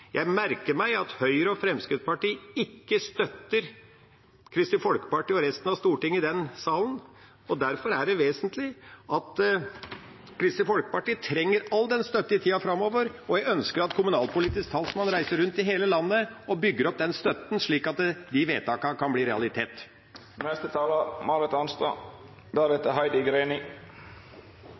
Jeg merker meg at Høyre og Fremskrittspartiet ikke støtter Kristelig Folkeparti og resten av Stortinget. Derfor er det vesentlig at Kristelig Folkeparti trenger all støtte i tida framover. Jeg ønsker at kommunalpolitisk talsmann reiser rundt i hele landet og bygger opp den støtten, slik at de vedtakene kan bli en realitet.